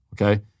okay